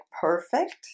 perfect